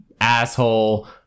asshole